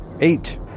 Eight